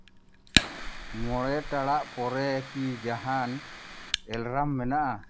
ᱢᱚᱬᱮ ᱴᱟᱲᱟᱜ ᱯᱚᱨᱮ ᱠᱤ ᱡᱟᱦᱟᱱ ᱮᱞᱟᱨᱟᱢ ᱢᱮᱱᱟᱜᱼᱟ